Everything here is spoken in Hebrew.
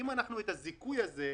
אם את הזיכוי הזה,